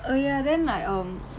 oh ya then like um